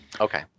okay